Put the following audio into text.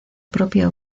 propia